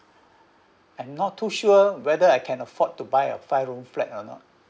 I'm not too sure whether I can afford to buy a five room flat or not